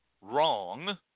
wrong